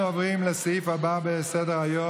אנחנו עוברים לסעיף הבא על סדר-היום,